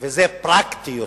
וזה פרקטי יותר.